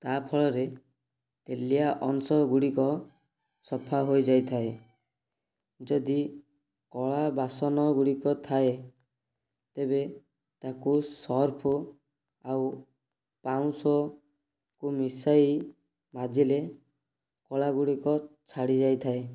ତା'ଫଳରେ ତେଲିଆ ଅଂଶ ଗୁଡ଼ିକ ସଫା ହୋଇଯାଇଥାଏ ଯଦି କଳା ବାସନ ଗୁଡ଼ିକ ଥାଏ ତେବେ ତାକୁ ସର୍ଫ ଆଉ ପାଉଁଶକୁ ମିଶାଇ ମାଜିଲେ କଳା ଗୁଡ଼ିକ ଛାଡ଼ିଯାଇଥାଏ